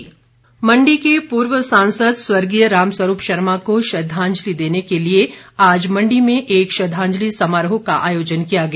श्रद्वाजंलि मंडी के पूर्व सांसद स्वर्गीय रामस्वरूप शर्मा को श्रद्धांजलि देने के लिए आज मंडी में एक श्रद्धांजलि समारोह का आयोजन किया गया